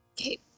Okay